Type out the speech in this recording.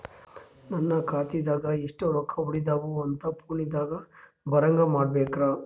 ನನ್ನ ಖಾತಾದಾಗ ಎಷ್ಟ ರೊಕ್ಕ ಉಳದಾವ ಅಂತ ಫೋನ ದಾಗ ಬರಂಗ ಮಾಡ ಬೇಕ್ರಾ?